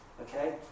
Okay